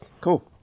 Cool